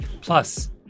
Plus